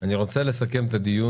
אני רוצה לסכם את הדיון